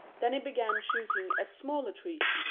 then he began shooting at smaller trees,